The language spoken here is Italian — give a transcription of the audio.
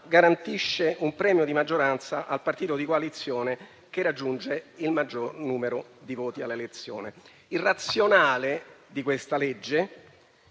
garantisce un premio di maggioranza al partito di coalizione che raggiunge il maggior numero di voti alle elezioni. Il razionale di questa legge,